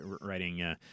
writing